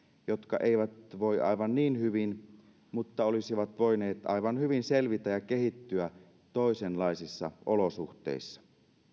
jotka eivät voi aivan niin hyvin mutta olisivat voineet aivan hyvin selvitä ja kehittyä toisenlaisissa olosuhteissa